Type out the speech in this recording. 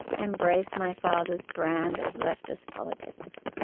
embrace my father's brand of leftist politics,